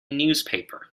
newspaper